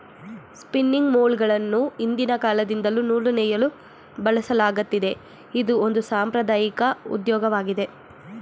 spinning ಮೂಲ್ಗಳನ್ನು ಹಿಂದಿನ ಕಾಲದಿಂದಲ್ಲೂ ನೂಲು ನೇಯಲು ಬಳಸಲಾಗತ್ತಿದೆ, ಇದು ಒಂದು ಸಾಂಪ್ರದಾಐಕ ಉದ್ಯೋಗವಾಗಿದೆ